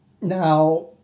Now